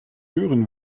hören